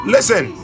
Listen